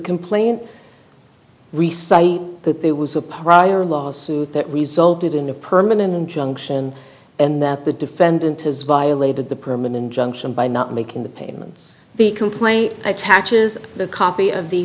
complaint it was a prior lawsuit that resulted in a permanent injunction and that the defendant has violated the permanent junction by not making the payments the complaint attaches the copy of the